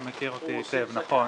אתה מכיר אותי היטב, נכון.